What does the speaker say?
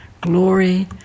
glory